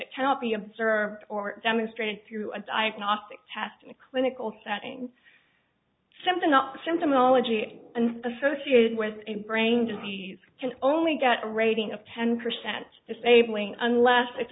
it cannot be observed or demonstrated through a diagnostic test in a clinical setting something not symptomology and associated with a brain disease can only got a rating of ten percent disabling unless it's